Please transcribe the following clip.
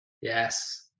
yes